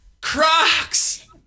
Crocs